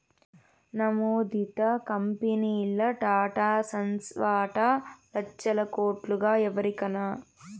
నమోదిత కంపెనీల్ల టాటాసన్స్ వాటా లచ్చల కోట్లుగా ఎరికనా